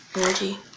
energy